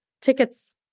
tickets